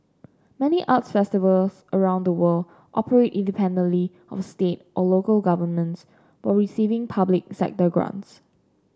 many arts festivals around the world operate independently of state or local governments while receiving public sector grants